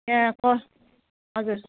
यहाँ फर्स्ट हजुर